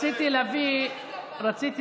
שיפצו